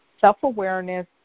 self-awareness